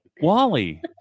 Wally